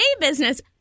business